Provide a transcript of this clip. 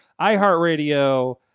iHeartRadio